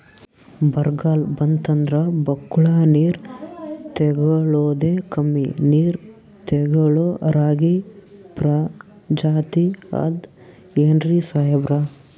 ಬರ್ಗಾಲ್ ಬಂತಂದ್ರ ಬಕ್ಕುಳ ನೀರ್ ತೆಗಳೋದೆ, ಕಮ್ಮಿ ನೀರ್ ತೆಗಳೋ ರಾಗಿ ಪ್ರಜಾತಿ ಆದ್ ಏನ್ರಿ ಸಾಹೇಬ್ರ?